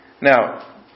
Now